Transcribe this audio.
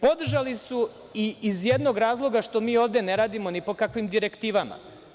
Podržali su iz jednog razloga što mi ovde ne radimo ni po kakvim direktivama.